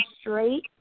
straight